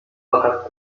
fakat